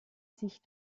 sich